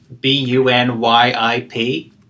B-U-N-Y-I-P